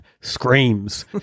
Screams